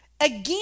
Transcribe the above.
Again